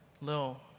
little